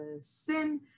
sin